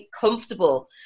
comfortable